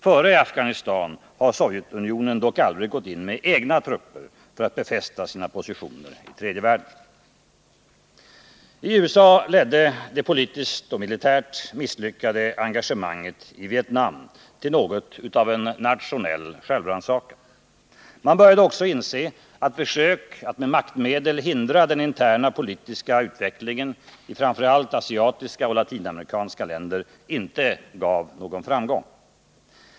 Före Afghanistan har Sovjetunionen dock aldrig gått in med egna trupper för att befästa sina positioner i tredje världen. I USA ledde det politiskt och militärt misslyckade engagemanget i Vietnam till något av en nationell självrannsakan. Man började också inse att försök att med maktmedel hindra den interna politiska utvecklingen i framför allt asiatiska och latinamerikanska länder inte gav någon framgång.